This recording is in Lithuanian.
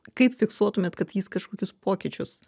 kaip fiksuotumėt kad jis kažkokius pokyčius